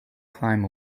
climb